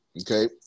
Okay